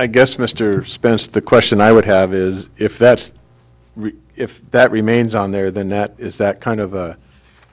i guess mr spence the question i would have is if that's if that remains on there the net is that kind of